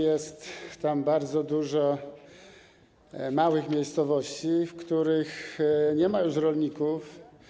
Jest tam bardzo dużo małych miejscowości, w których nie ma już rolników.